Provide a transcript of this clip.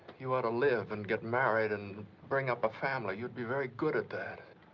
you ought to live and get married and bring up a family. you'd be very good at that.